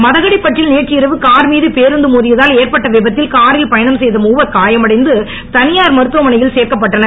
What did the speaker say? மதகடிப்பட்டில் நேற்று இரவு கார் மீது பேருந்து மோதியதால் ஏற்பட்ட விபத்தில் காரில் பயணம் செய்த மூவர் காயமடைந்து தனியார் மருத்துவமனையில் சேர்க்கப்பட்டனர்